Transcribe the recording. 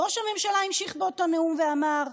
ראש הממשלה המשיך באותו נאום ואמר: